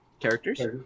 characters